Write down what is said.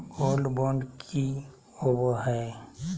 Gold bond की होबो है?